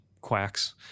quacks